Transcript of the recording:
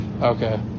Okay